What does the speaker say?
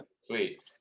sweet